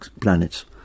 planets